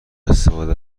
استفاده